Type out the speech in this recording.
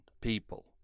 people